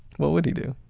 what would he do?